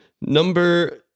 Number